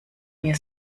mir